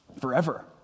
forever